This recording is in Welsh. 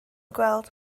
gweld